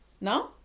no